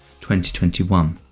2021